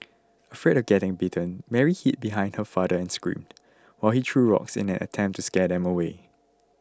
afraid of getting bitten Mary hid behind her father and screamed while he threw rocks in an attempt to scare them away